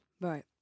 Right